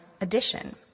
addition